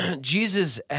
Jesus